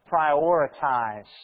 prioritize